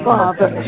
Father